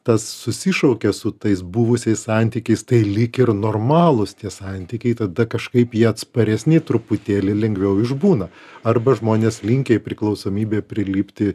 tas susišaukia su tais buvusiais santykiais tai lyg ir normalūs tie santykiai tada kažkaip jie atsparesni truputėlį lengviau išbūna arba žmonės linkę į priklausomybę prilipti